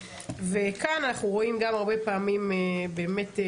וכאן אנחנו רואים הרבה פעמים גם התפטרות